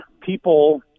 people